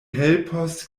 helpos